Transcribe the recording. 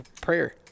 prayer